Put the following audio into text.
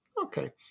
okay